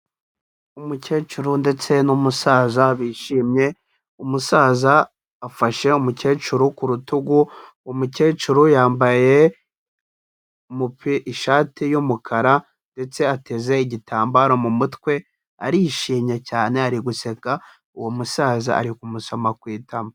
Umucyecuru ndetse n'umusaza bishimye umusaza afashe umucyecuru k'urutugu umucyecuru yambaye umupi ishati y'umukara ndetse ateze igitambaro mu mutwe arishimye cyane ari guseka uwo musaza ari kumusoma ku itama.